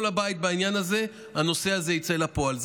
הבית הזה בעניין הזה העניין הזה יצא לפועל.